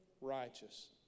righteous